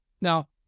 now